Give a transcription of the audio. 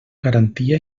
garantia